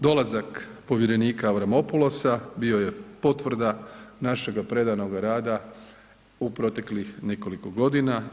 Dolazak povjerenika Avramopulosa bio je potvrda našega predanog rada u proteklih nekoliko godina.